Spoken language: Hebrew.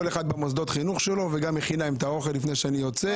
כל אחד במוסדות חינוך שלו וגם מכין להם אוכל לפני שאני יוצא.